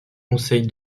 conseil